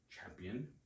champion